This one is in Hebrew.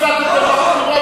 גולדברג אתם מסכימים?